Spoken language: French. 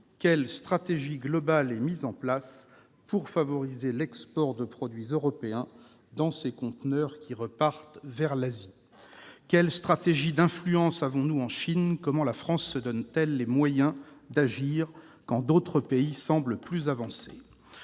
quelle stratégie globale entendons-nous mettre en place pour favoriser l'export de produits européens dans ces conteneurs repartant vers l'Asie ? Quelles stratégies d'influence avons-nous en Chine ? Comment la France se donne-t-elle les moyens d'agir, quand d'autres pays semblent plus avancés ?